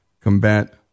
combat